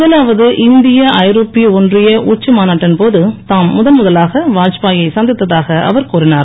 முதலாவது இந்திய ஐரோப்பிய ஒன்றிய உச்சி மாநாட்டின் போது தாம் முதன்முதலாக வாத்பாயை சந்தித்ததாக அவர் கூறினார்